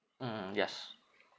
mm mm yes